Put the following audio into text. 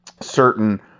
certain